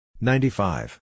Ninety-five